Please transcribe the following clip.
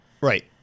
right